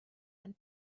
and